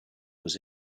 was